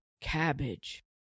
cabbage